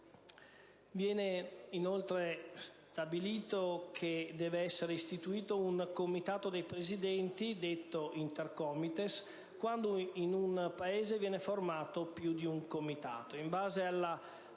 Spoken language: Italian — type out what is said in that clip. Viene, inoltre, stabilito che deve essere istituito un Comitato dei presidenti, detto Intercomites, quando in un Paese viene formato più di un Comitato.